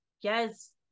Yes